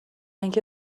اینکه